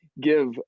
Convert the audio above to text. give